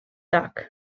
dak